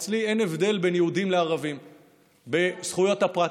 אצלי אין הבדל בין יהודים לערבים בזכויות הפרט,